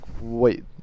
wait